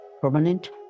permanent